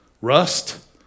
rust